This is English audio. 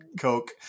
Coke